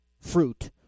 fruit